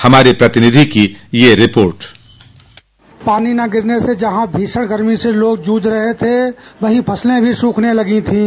हमारे प्रतिनिधि की एक रिपोर्ट पानी न गिरने से जहां भीषण गर्मी से लोग जूझ रहे थे वहीं फसलें भी सूखने लगीं थीं